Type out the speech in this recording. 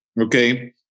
okay